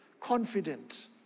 confident